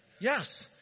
Yes